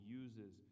uses